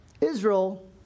Israel